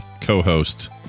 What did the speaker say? co-host